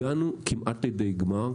הגענו כמעט לידי גמר,